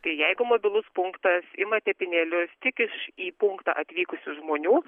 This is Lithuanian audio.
tai jeigu mobilus punktas ima tepinėlius tik iš į punktą atvykusių žmonių